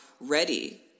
ready